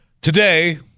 Today